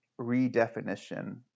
redefinition